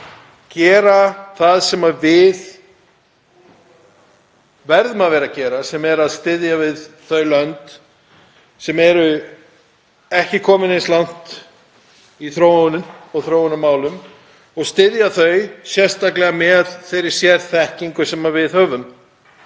að gera það sem við verðum að vera að gera, sem er að styðja við þau lönd sem eru ekki komin eins langt í þróunarmálum og styðja þau sérstaklega með þeirri sérþekkingu sem við höfum.